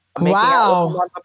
Wow